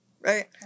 Right